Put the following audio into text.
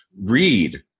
read